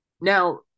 Now